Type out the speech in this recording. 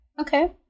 Okay